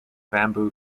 bamboo